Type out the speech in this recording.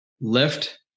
lift